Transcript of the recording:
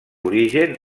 origen